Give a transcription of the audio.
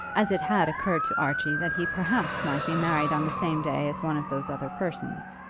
as it had occurred to archie that he perhaps might be married on the same day as one of those other persons.